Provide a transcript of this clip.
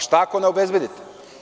Šta ako ne obezbedite?